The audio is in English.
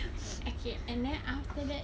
okay and then after that